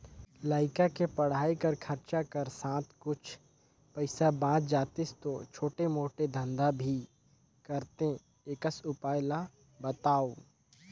लइका के पढ़ाई कर खरचा कर साथ कुछ पईसा बाच जातिस तो छोटे मोटे धंधा भी करते एकस उपाय ला बताव?